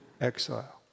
exile